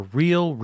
real